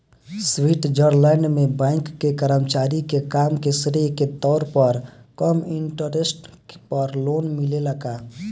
Switzerland में bank के कर्मचारी के काम के श्रेय के तौर पर कम इंटरेस्ट पर लोन मिलेला का?